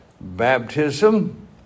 baptism